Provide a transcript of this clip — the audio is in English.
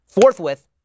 forthwith